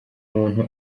umuntu